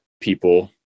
people